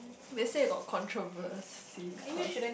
they say got controversy cause